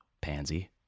Pansy